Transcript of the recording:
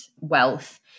wealth